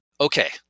okay